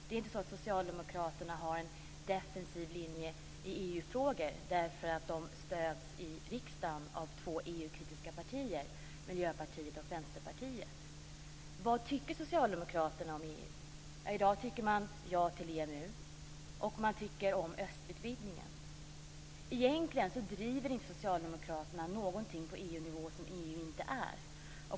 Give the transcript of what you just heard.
Det är inte så att Socialdemokraterna har en defensiv linje i EU-frågor därför att det stöds i riksdagen av två EU Vad tycker Socialdemokraterna om EU? I dag säger man ja till EMU och man tycker om östutvidgningen. Egentligen driver inte Socialdemokraterna något på EU-nivå som EU inte är.